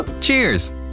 Cheers